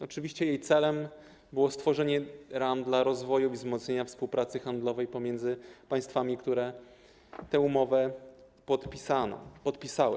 Oczywiście jej celem było stworzenie ram dla rozwoju i wzmocnienia współpracy handlowej pomiędzy państwami, które tę umowę podpisały.